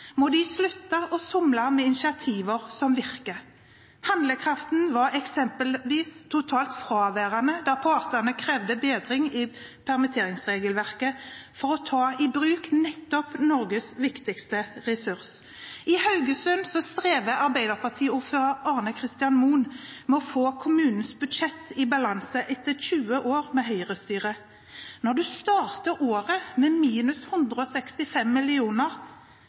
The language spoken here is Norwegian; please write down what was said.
må de slutte å somle med initiativer som virker. Handlekraften var eksempelvis totalt fraværende da partene krevde bedring i permitteringsregelverket for å ta i bruk nettopp Norges viktigste ressurs. I Haugesund strever Arbeiderpartiordfører Arne-Christian Mohn med å få kommunens budsjett i balanse etter 20 år med Høyre-styre. Når man starter året med 165 mill. kr i minus